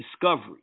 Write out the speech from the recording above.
discovery